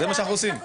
זה מה שאנחנו עושים,